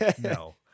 no